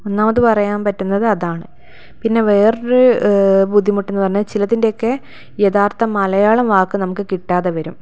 ഒന്നാമത് പറയാൻ പറ്റുന്നത് അതാണ് പിന്നെ വേറൊരു ബുദ്ധിമുട്ടെന്ന് പറഞ്ഞാൽ ചിലതിൻ്റെ ഒക്കെ യഥാർത്ഥ മലയാളം വാക്ക് നമുക്ക് കിട്ടാതെ വരും